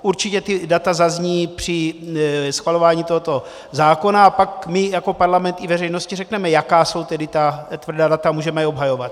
Určitě ta data zazní při schvalování tohoto zákona a pak my jako parlament i veřejnosti řekneme, jaká jsou tedy ta tvrdá data, a můžeme je obhajovat.